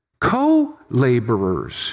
Co-laborers